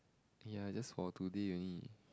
ya that's for today only